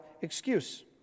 excuse